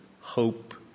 hope